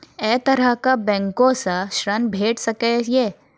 ऐ तरहक बैंकोसऽ ॠण भेट सकै ये?